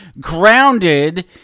grounded